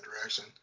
direction